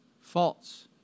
false